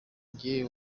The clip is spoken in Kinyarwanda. njye